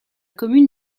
commune